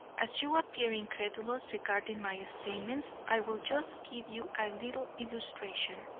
as you appear incredulous regarding my statements, i will just give you a little illustration,